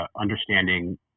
understanding